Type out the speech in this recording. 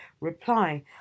reply